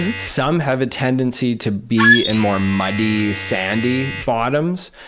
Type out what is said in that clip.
and some have a tendency to be in more muddy, sandy bottoms.